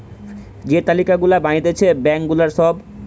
যে তালিকা গুলা বানাতিছে ব্যাঙ্ক গুলার সব